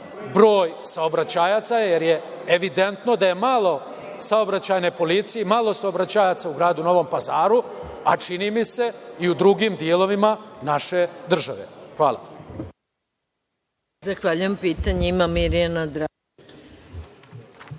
broj saobraćajaca, jer je evidentno da je malo saobraćajne policije i malo saobraćajaca u gradu Novom Pazaru, a čini mi se i u drugim delovima naše države. Hvala.